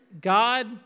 god